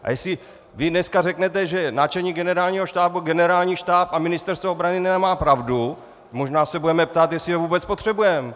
A jestli vy dnes řeknete, že náčelník Generálního štábu, Generální štáb a Ministerstvo obrany nemá pravdu, možná se budeme ptát, jestli je vůbec potřebujeme!